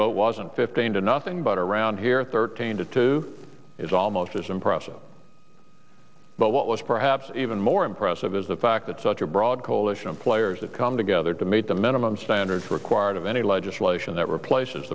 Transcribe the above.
vote was in fifteen to nothing but around here thirteen to two it's almost as impressive but what was perhaps even more impressive is the fact that such a broad coalition of players that come together to meet the minimum standards required of any legislation that replaces